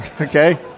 Okay